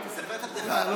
תספר את הבדיחה עליו.